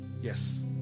Yes